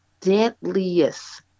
deadliest